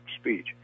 speech